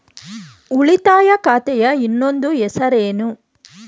ಉಳಿತಾಯ ಖಾತೆಯ ಇನ್ನೊಂದು ಹೆಸರೇನು?